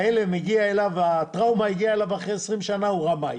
שהטראומה וההלם הגיעו אליו אחרי עשרים שנה הוא רמאי.